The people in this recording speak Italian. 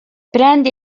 prende